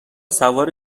سوار